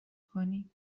کنی